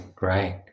right